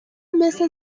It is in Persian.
مثل